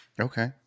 Okay